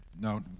No